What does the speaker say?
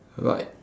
right